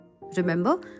Remember